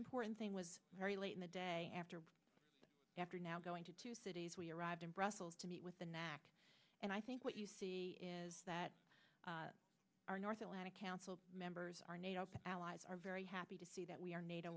important thing was very late in the day after after now going to two cities we arrived in brussels to meet with the nac and i think what you see is that our north atlantic council members our nato allies are very happy to see that we are nato